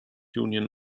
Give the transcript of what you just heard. union